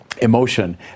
Emotion